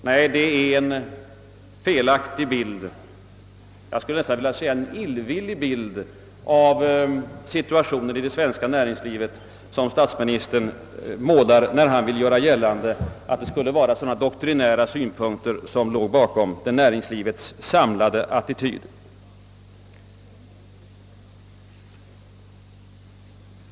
Det är naturligtvis en helt felaktig — jag skulle nästan vilja säga illvillig bild av situationen i det svenska näringslivet som statsministern målar när han vill göra gällande att det skulle vara sådana doktrinära synpunkter som ligger bakom näringslivets samlade attityd.